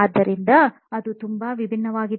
ಆದ್ದರಿಂದ ಅದು ತುಂಬಾ ವಿಭಿನ್ನವಾಗಿದೆ